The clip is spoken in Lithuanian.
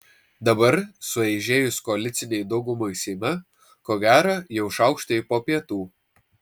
dabar sueižėjus koalicinei daugumai seime ko gera jau šaukštai po pietų